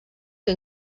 que